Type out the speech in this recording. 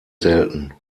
selten